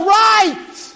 right